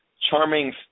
Charming